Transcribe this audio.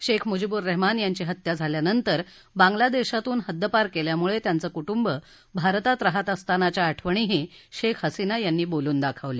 शेख मुजीबूर रेहमान यांची हत्या झाल्यानंतर बांग्लादेशातून हद्दपार केल्यामुळे त्याचं कुटुंब भारतात रहात असतानाच्या आठवणीही शेख हसीना यांनी बोलून दाखवल्या